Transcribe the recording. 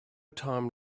time